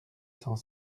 cent